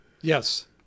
Yes